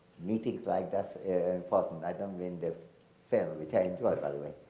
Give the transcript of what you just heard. meetings like this important. i don't mean the film retain toward by the way.